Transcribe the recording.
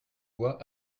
voix